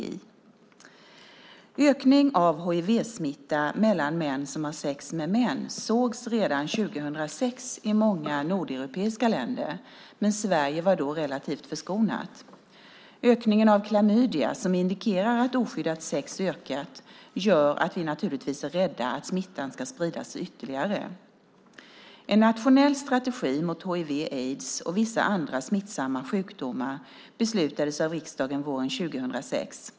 En ökning av hivsmitta mellan män som har sex med män sågs redan 2006 i många nordeuropeiska länder, men Sverige var då relativt förskonat. Ökningen av klamydia, som indikerar att oskyddat sex har ökat, gör att vi naturligtvis är rädda att smittan ska spridas ytterligare. En nationell strategi mot hiv/aids och vissa andra smittsamma sjukdomar beslutades av riksdagen våren 2006.